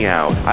out